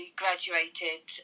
graduated